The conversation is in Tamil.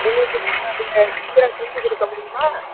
எங்களுக்கு கொஞ்சம் நீங்கள் சீக்கிரம் செஞ்சு கொடுக்க முடியுமா